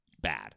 bad